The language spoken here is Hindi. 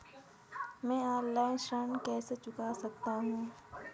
मैं ऑफलाइन ऋण कैसे चुका सकता हूँ?